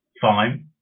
fine